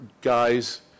guys